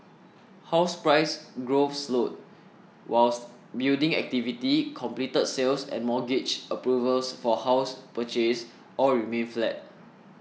house price growth slowed whilst building activity completed sales and mortgage approvals for house purchase all remained flat